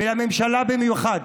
לממשלה במיוחד